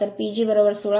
तर PG16